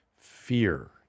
fear